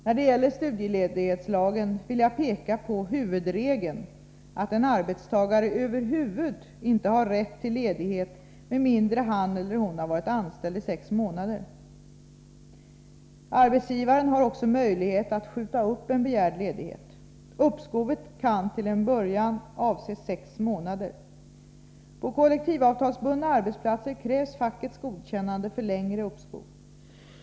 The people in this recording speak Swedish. När det gäller studieledighetslagen vill jag peka på huvudregeln att en arbetstagare över huvud inte har rätt till ledighet med mindre han eller hon har varit anställd i sex månader. Arbetsgivaren har också möjlighet att skjuta upp en begärd ledighet. Uppskovet kan till en början avse sex månader. På kollektivavtalsbundna arbetsplatser krävs fackets godkännande för längre uppskov.